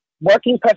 working